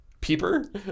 Peeper